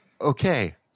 Okay